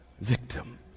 victim